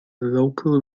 local